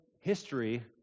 history